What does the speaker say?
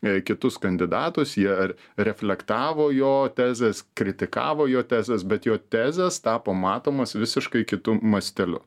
į kitus kandidatus jie ar reflektavo į jo tezes kritikavo į jo tezes bet jo tezės tapo matomos visiškai kitu masteliu